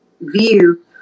view